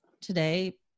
Today